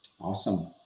Awesome